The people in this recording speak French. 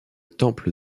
temple